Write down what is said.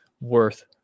worth –